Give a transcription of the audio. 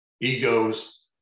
egos